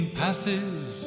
passes